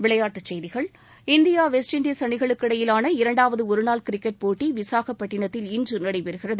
விளையாட்டுச் செய்திகள் India West Indies அணிகளுக்கு இடையிலான இரண்டாவது ஒருநாள் கிரிக்கெட் போட்டி விசாகப்பட்டினத்தில் இன்று நடைபெறுகிறது